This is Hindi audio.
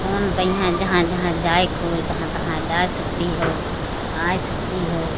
फ़ोन पइहेँ जहाँ जहाँ जाने को हो वहाँ वहाँ जा सकती हो आ सकती हो